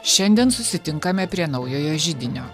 šiandien susitinkame prie naujojo židinio